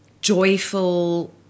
joyful